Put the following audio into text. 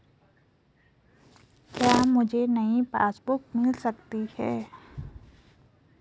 क्या मुझे नयी पासबुक बुक मिल सकती है?